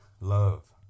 Love